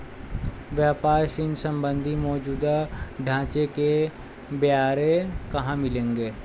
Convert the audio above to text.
व्यापार ऋण संबंधी मौजूदा ढांचे के ब्यौरे कहाँ मिलेंगे?